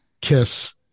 Kiss